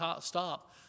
stop